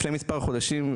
לפני מספר חודשים,